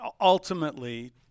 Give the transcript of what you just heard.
ultimately